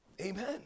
Amen